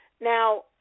Now